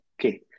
Okay